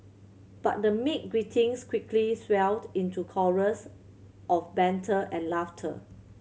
but the meek greetings quickly swelled into chorus of banter and laughter